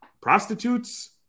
prostitutes